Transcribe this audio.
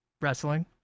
wrestling